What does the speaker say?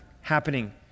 happening